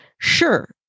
Sure